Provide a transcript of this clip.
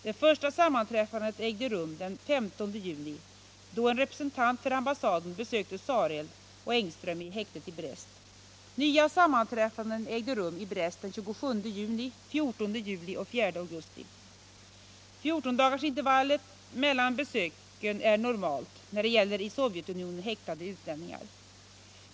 Det första sammanträffandet ägde rum den 15 juni, då en representant för ambassaden besökte Sareld och Engström i häktet i Brest. Nya sammanträffanden ägde rum i Brest den 27 juni, den 14 juli och den 4 augusti. Fjortondagarsintervaller mellan besöken är normalt när det gäller i Sovjetunionen häktade utlänningar.